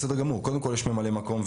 קודם כל יש ממלא מקום,